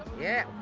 yeah.